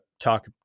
talk